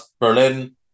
Berlin